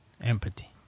empathy